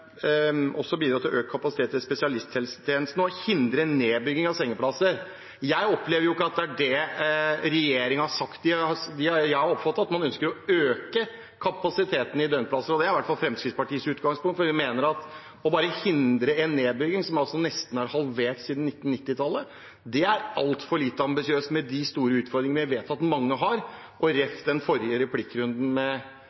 også bidra til økt kapasitet i spesialisthelsetjenesten og hindre nedbygging av sengeplasser». Jeg opplever jo ikke at det er det regjeringen har sagt. Jeg har oppfattet at man ønsker å øke kapasiteten når det gjelder døgnplasser. Det er i hvert fall Fremskrittspartiets utgangspunkt, for vi mener at bare å hindre en nedbygging når antall døgnplasser nesten er halvert siden 1990-tallet, er altfor lite ambisiøst med de store utfordringene vi vet at mange har. Med referanse til den forrige replikkrunden med Høyre om tvang og